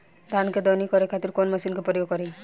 धान के दवनी करे खातिर कवन मशीन के प्रयोग करी?